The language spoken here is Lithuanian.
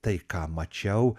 tai ką mačiau